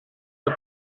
the